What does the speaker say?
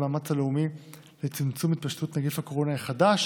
במאמץ הלאומי לצמצום התפשטות נגיף הקורונה החדש